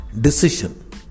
decision